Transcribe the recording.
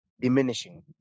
diminishing